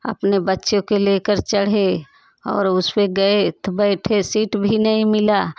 अपने बच्चे को ले कर चढ़े और उस पे गए तो बैठे सीट भी नहीं मिला